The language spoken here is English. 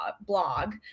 blog